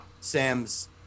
Sam's